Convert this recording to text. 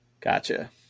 Gotcha